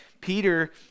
Peter